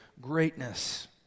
greatness